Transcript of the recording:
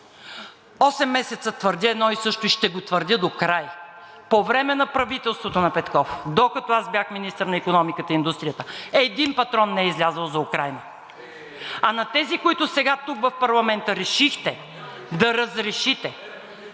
месеца твърдя едно и също и ще го твърдя докрай! По времето на правителството на Петков, докато аз бях министър на икономиката и индустрията, един патрон не е излязъл за Украйна. (Оживление в ГЕРБ-СДС.) А на тези, които сега тук, в парламента, решихте да разрешите